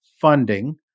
funding